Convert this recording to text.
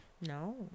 No